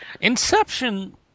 Inception